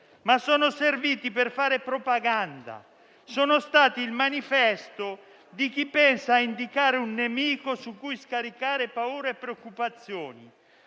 ma sono serviti per fare propaganda. Sono stati il manifesto di chi indica un nemico su cui scaricare paure e preoccupazioni.